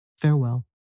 Farewell